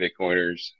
Bitcoiners